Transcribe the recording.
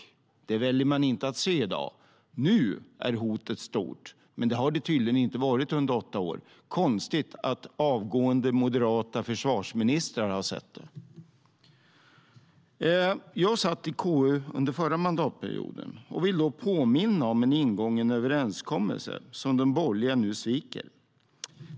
Det väljer man att inte se i dag. Nu är hotet stort, men det har det tydligen inte varit under åtta år. Det är konstigt att avgående moderata försvarsministrar har sett det. Jag satt i KU under förra mandatperioden och vill påminna om en ingången överenskommelse som de borgerliga nu sviker.